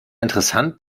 interessant